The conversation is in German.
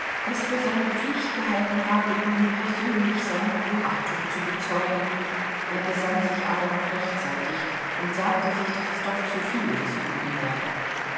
es für seine pflicht gehalten habe ihm persönlich seine hochachtung zu bezeugen er besann sich aber noch rechtzeitig und sagte sich daß es doch zu viel des guten wäre